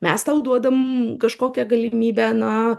mes tau duodam kažkokią galimybę na